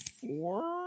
four